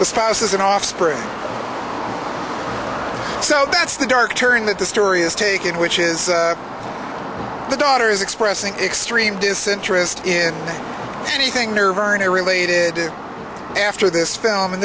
the spouses and offspring so that's the dark turn that the story is taking which is the daughter is expressing extreme disinterest in anything nerve erna related after this film and